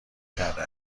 کرده